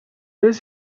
his